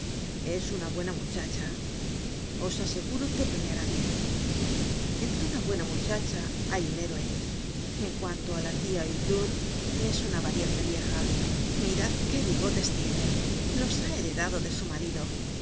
es una buena muchacha os aseguro que peleará bien en toda buena muchacha hay un héroe en cuanto á la tia hucheloup es una valiente vieja mirad qué bigotes tiene los ha heredado de su marido